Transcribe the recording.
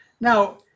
Now